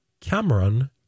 Cameron